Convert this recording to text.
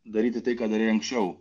daryti tai ką darei anksčiau